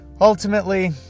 Ultimately